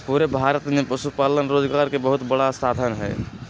पूरे भारत में पशुपालन रोजगार के बहुत बड़ा साधन हई